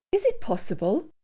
is it possible?